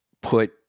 put